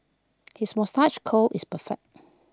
his moustache curl is perfect